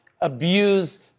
abuse